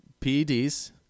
PEDs